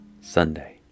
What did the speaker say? Sunday